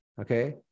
Okay